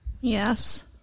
Yes